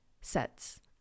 sets